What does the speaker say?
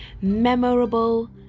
memorable